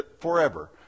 forever